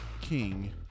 king